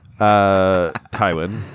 Tywin